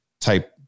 type